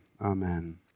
Amen